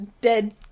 dead